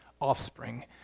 offspring